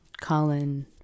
Colin